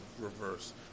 reverse